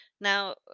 Now